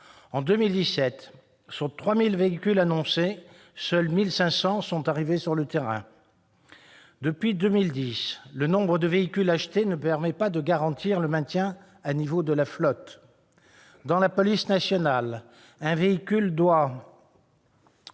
en 2017, sur 3 000 véhicules annoncés, seuls 1 500 sont arrivés sur le terrain. Depuis 2010, le nombre de véhicules achetés ne permet pas de garantir le maintien à niveau de la flotte. Dans la police nationale, un véhicule doit